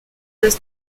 does